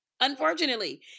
Unfortunately